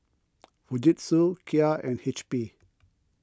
Fujitsu Kia and H P